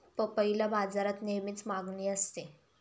पपईला बाजारात नेहमीच मागणी असते